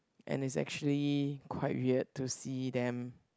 and is actually quite weird to see them